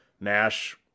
Nash